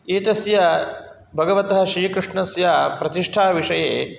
एतस्य भगवतः श्रीकृष्णस्य प्रतिष्ठाविषये